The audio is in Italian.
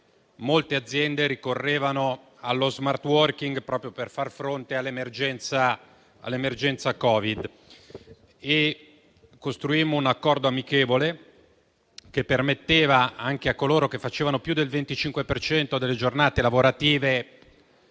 molte aziende ricorrevano allo *smart working* proprio per far fronte all'emergenza Covid-19. Costruimmo un accordo amichevole, che permetteva, anche a coloro che trascorrevano più del 25 per cento delle giornate lavorative